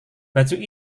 baju